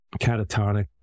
catatonic